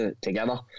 together